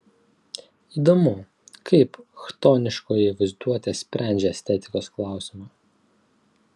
įdomu kaip chtoniškoji vaizduotė sprendžia estetikos klausimą